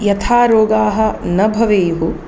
यथा रोगाः न भवेयुः